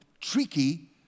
tricky